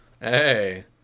Hey